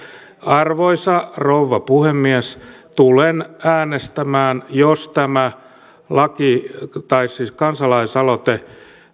arvoisa rouva puhemies tulen äänestämään jos tämä kansalaisaloite